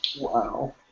Wow